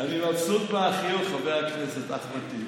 אני מבסוט מהחיוך, חבר הכנסת אחמד טיבי.